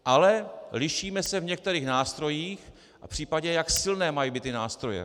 Ale lišíme se v některých nástrojích a v případě, jak silné mají být ty nástroje.